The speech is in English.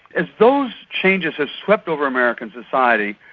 as those changes have swept over american society,